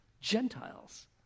Gentiles